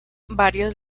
varios